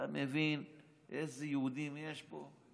אתה מבין איזה יהודים יש פה?